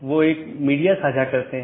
तो इस मामले में यह 14 की बात है